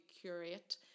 curate